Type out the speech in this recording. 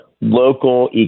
local